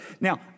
Now